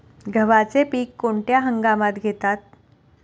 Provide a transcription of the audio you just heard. गव्हाचे पीक कोणत्या हंगामात घेतात?